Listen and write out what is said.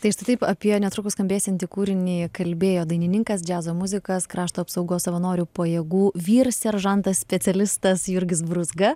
tai štai taip apie netrukus skambėsianti kūriniją kalbėjo dainininkas džiazo muzikas krašto apsaugos savanorių pajėgų vyr seržantas specialistas jurgis brūzga